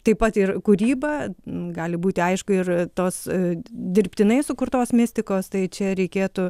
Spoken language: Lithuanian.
taip pat ir kūryba gali būti aišku ir tos dirbtinai sukurtos mistikos tai čia reikėtų